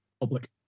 public –